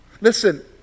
Listen